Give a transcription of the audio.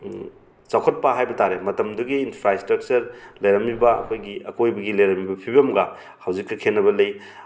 ꯆꯥꯎꯈꯠꯄ ꯍꯥꯏꯕꯇꯥꯔꯦ ꯃꯇꯝꯗꯨꯒꯤ ꯏꯟꯐ꯭ꯔꯥ ꯏꯁꯇ꯭ꯔꯛꯆꯔ ꯂꯩꯔꯝꯃꯤꯕ ꯑꯩꯈꯣꯏꯒꯤ ꯑꯀꯣꯏꯕꯒꯤ ꯂꯩꯔꯝꯃꯤꯕ ꯐꯤꯕꯝꯒ ꯍꯧꯖꯤꯛꯀ ꯈꯦꯠꯅꯕ ꯂꯩ